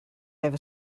have